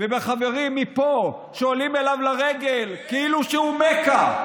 ובחברים מפה שעולים אליו לרגל כאילו שהוא מכה,